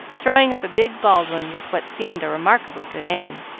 throwing up a big baldwin with what seemed a remarkably good aim,